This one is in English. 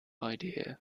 idea